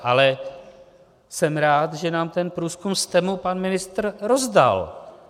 Ale jsem rád, že nám ten průzkum STEMu pan ministr rozdal.